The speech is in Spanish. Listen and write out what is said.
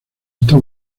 está